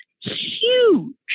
huge